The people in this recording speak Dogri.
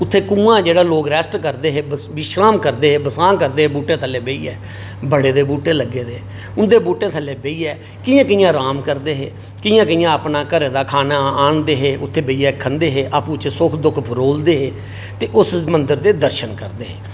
उत्थै कुआं जेहड़ा लोक रैस्ट करदे हे विश्राम करदे हे बसां करदे हे बूह्टे थल्लै बेहियै बड़ै दे बूह्टे लग्गे दे उं'दे बूह्टें थल्लै बेहियै कि'यां कि'यां राम करदे हे कि'यां कि'यां अपना घरै दा खाना आह्नदे हे उत्थै बेहियै खंदे हे आपूं चे सुख दुख फरोलदे हे ते उस मंदर दे दर्शन करदे हे